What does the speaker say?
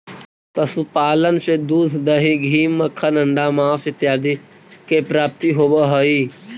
पशुपालन से दूध, दही, घी, मक्खन, अण्डा, माँस इत्यादि के प्राप्ति होवऽ हइ